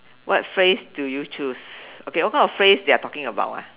what phrase do you choose okay what kind of phrase they are talking about ah